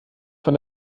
von